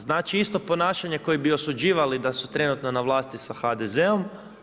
Znači isto ponašanje koje bi osuđivali da su trenutno na vlasti sa HDZ-om.